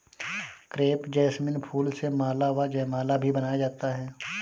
crepe jasmine फूल से माला व जयमाला भी बनाया जाता है